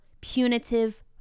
punitive